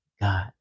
God